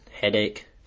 headache